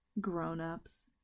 Grown-ups